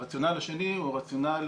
הרציונל השני הוא רציונל